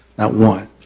not one.